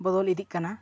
ᱵᱚᱫᱚᱞ ᱤᱫᱤᱜ ᱠᱟᱱᱟ